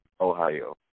Ohio